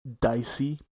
dicey